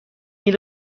این